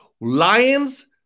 Lion's